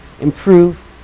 improve